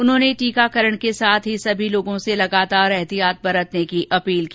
उन्होंने टीकाकरण के साथ ही सभी लोगों से लगातार एहतियात बरतने की अपील की